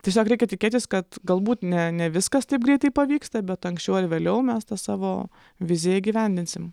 tiesiog reikia tikėtis kad galbūt ne ne viskas taip greitai pavyksta bet anksčiau ar vėliau mes tą savo viziją įgyvendinsim